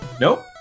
Nope